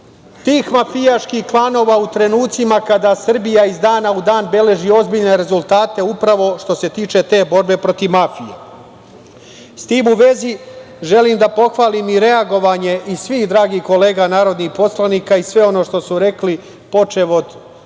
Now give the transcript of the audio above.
tih mafijaških klanova u trenucima kada Srbija iz dana u dan beleži ozbiljne rezultate, upravo što se tiče te borbe protiv mafije.S tim u vezi, želim da pohvalim i reagovanje svih dragih kolega narodnih poslanika i sve ono što su rekli, počev od drage